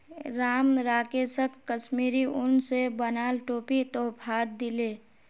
राम राकेशक कश्मीरी उन स बनाल टोपी तोहफात दीले